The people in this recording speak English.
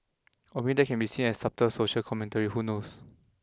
or maybe that can be seen as subtle social commentary who knows